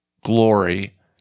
glory